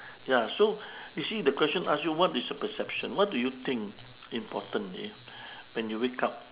ya so you see the question ask you what is your perception what do you think importantly when you wake up